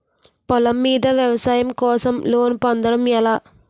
పొలం మీద వ్యవసాయం కోసం లోన్ పొందటం ఎలా?